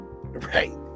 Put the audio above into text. Right